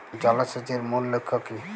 জল সেচের মূল লক্ষ্য কী?